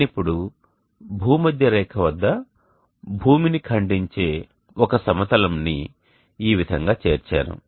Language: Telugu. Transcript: నేను ఇప్పుడు భూమధ్యరేఖ వద్ద భూమిని ఖండించే ఒక సమతలం ని ఈ విధంగా చేర్చాను